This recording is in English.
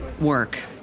work